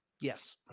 Yes